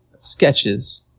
sketches